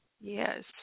Yes